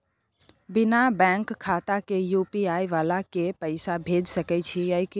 बिना बैंक खाता के यु.पी.आई वाला के पैसा भेज सकै छिए की?